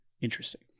interesting